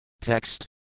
Text